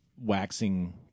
Waxing